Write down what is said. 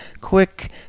quick